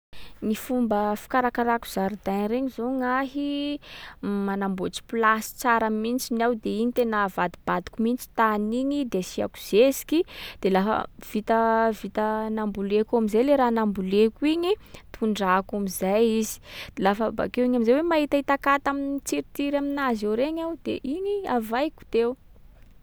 Ny fomba fikarakarako jardin regny zao, gnahy m- manamboatsy place tsara mintsiny aho de iny tena avadibadiko mintsy tany igny de asiàko zeziky. De laha vita- vita namboleko am’zay le raha namboleko igny, tondrahako am’zay izy. Lafa bakeo iny am’zay hoe mahitahita kata m- mitsiritsiry aminazy eo regny aho, de iny avaiko teo.